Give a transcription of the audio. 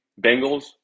Bengals